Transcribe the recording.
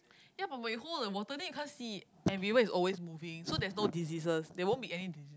ya but when you hold the water then you can't see it and river is always moving so there's no diseases there won't be any disease